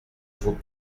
faut